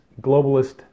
globalist